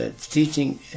teaching